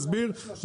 רועי,